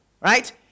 right